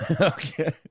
okay